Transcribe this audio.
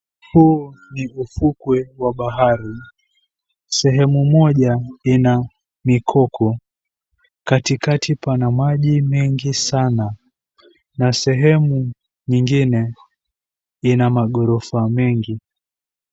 Huu ni ufukwe wa bahari sehemu moja ina mikoko. Katikati pana maji mengi sana na sehemu nyingine iko na magorofa mengi.